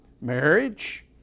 marriage